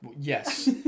Yes